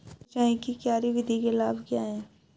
सिंचाई की क्यारी विधि के लाभ क्या हैं?